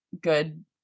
good